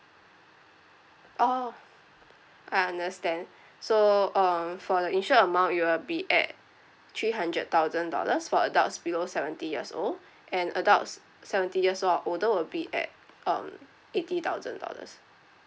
oh I understand so um for the insured amount it will be at three hundred thousand dollars for adults below seventy years old and adults seventy years old older will be at um eighty thousand dollars